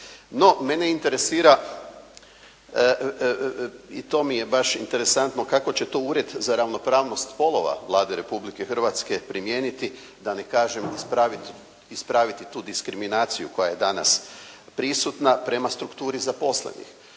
mene interesira i to mi je baš interesantno kako će to Ured za ravnopravnost spolova Vlade Republike Hrvatske primijeniti, da ne kažem ispraviti tu diskriminaciju koja je danas prisutna prema strukturi zaposlenih.